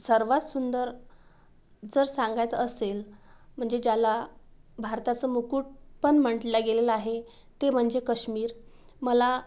सर्वात सुंदर जर सांगायचं असेल म्हणजे ज्याला भारताचं मुकुट पण म्हटलं गेलेलं आहे ते म्हणजे कश्मीर मला